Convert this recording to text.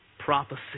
prophecy